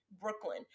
Brooklyn